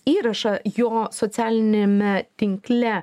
įrašą jo socialiniame tinkle